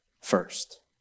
first